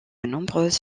nombreuses